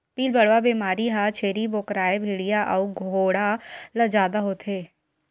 पिलबढ़वा बेमारी ह छेरी बोकराए भेड़िया अउ घोड़ा ल जादा होथे